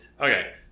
Okay